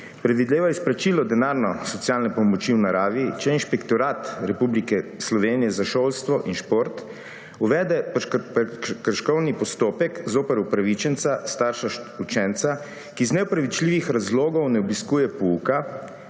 predvideva izplačilo denarne socialne pomoči v naravi, če Inšpektorat Republike Slovenije za šolstvo in šport uvede prekrškovni postopek zoper upravičenca, starša učenca, ki iz neopravičljivih razlogov ne obiskuje pouka,